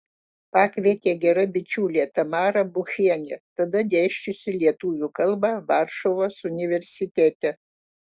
pakvietė gera bičiulė tamara buchienė tada dėsčiusi lietuvių kalbą varšuvos universitete